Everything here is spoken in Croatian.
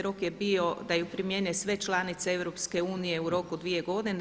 Rok je bio da je primijene sve članice EU u roku dvije godine.